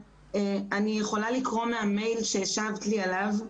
יכולה לקרוא מהדואר האלקטרוני שהשיבה לי עליו.